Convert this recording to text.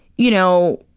you know,